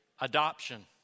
adoption